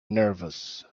nervous